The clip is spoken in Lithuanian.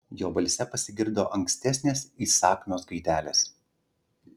jo balse pasigirdo ankstesnės įsakmios gaidelės